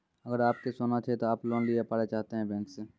अगर आप के सोना छै ते आप लोन लिए पारे चाहते हैं बैंक से?